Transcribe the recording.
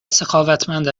سخاوتمند